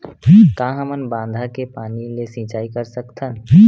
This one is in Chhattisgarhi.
का हमन बांधा के पानी ले सिंचाई कर सकथन?